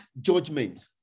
judgment